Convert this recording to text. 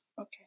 Okay